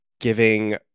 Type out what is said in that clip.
Giving